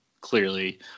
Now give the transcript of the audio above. Clearly